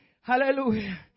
Hallelujah